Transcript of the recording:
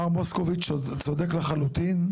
מר מוסקוביץ׳ אתה צודק לחלוטין.